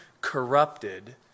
corrupted